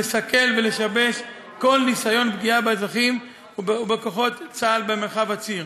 לסכל ולשבש כל ניסיון לפגיעה באזרחים ובכוחות צה"ל במרחב הציר.